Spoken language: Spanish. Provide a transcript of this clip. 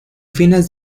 fines